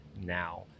now